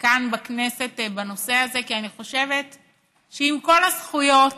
כאן בכנסת בנושא הזה, כי אני חושבת שעם כל הזכויות